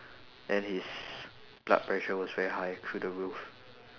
and his blood pressure was very high through the roof